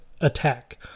attack